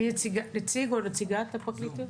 מי נציג או נציגה של הפרקליטות?